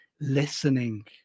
listening